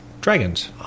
dragons